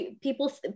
people